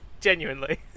genuinely